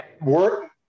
work